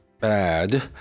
bad